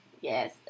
Yes